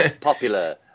popular